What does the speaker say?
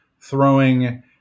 throwing